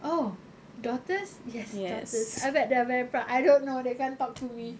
oh daughters yes daughters I bet they are very proud I don't know they can't talk to me